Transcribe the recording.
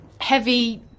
heavy